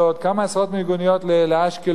כמה עשרות מיגוניות לאשקלון,